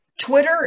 Twitter